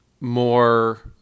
more